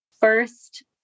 first